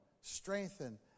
strengthen